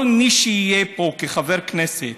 כל מי שיהיה פה כחבר כנסת